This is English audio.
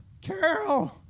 Carol